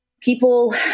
People